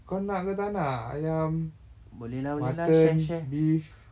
kau nak ke tak nak ayam mutton beef